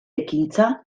ekintza